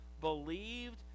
believed